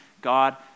God